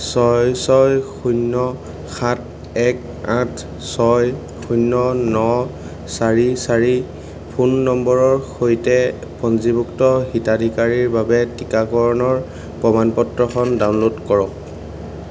ছয় ছয় শূন্য সাত এক আঠ ছয় শূন্য ন চাৰি চাৰি ফোন নম্বৰৰ সৈতে পঞ্জীভুক্ত হিতাধিকাৰীৰ বাবে টীকাকৰণৰ প্ৰমাণ পত্ৰখন ডাউনলোড কৰক